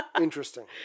interesting